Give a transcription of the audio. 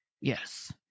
yes